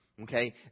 okay